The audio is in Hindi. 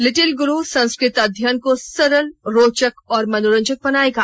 लिटिल गुरु संस्कृत अध्यनन को सरल रोचक और मनोरंजक बनाएगा